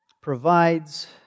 provides